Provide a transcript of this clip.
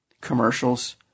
commercials